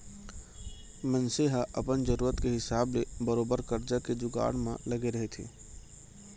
मनसे ह अपन जरुरत के हिसाब ले बरोबर करजा के जुगाड़ म लगे रहिथे